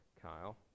Kyle